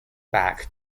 back